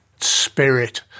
spirit